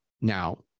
Now